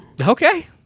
Okay